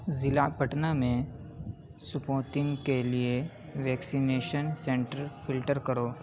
ضلع پٹنہ میں سپوتن کے لیے ویکسینیشن سنٹر فلٹر کرو